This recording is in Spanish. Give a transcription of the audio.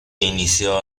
inició